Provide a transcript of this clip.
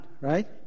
Right